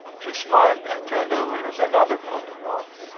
she smiled and turned over another photograph.